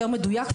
יותר מדויק,